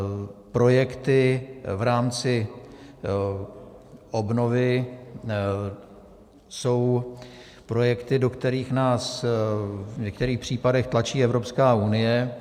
A projekty v rámci obnovy jsou projekty, do kterých nás v některých případech tlačí Evropská unie.